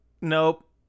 nope